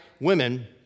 women